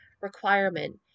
requirement